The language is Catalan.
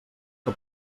que